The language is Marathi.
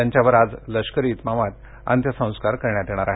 त्यांच्यावर आज लष्करी इतमामात अंत्यसंस्कार करण्यात येणार आहेत